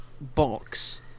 box